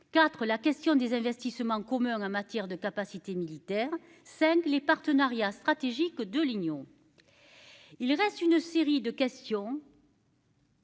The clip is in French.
IV la question des investissements qu'meurt en matière de capacités militaires cinq les partenariats stratégiques de l'Union. Il reste une série de questions.